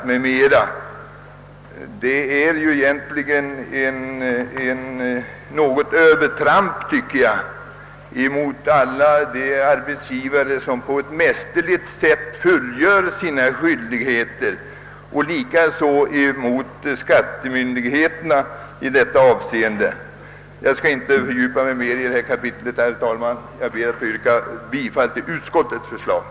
Detta påstående innebär enligt min mening ett övertramp mot alla de arbetsgivare som på ett mästerligt sätt fullgör sina skyldigheter och likaså mot skattemyndigheterna. Jag skall inte fördjupa mig mer i detta kapitel utan ber att få yrka bifall till utskottets hemställan.